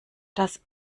das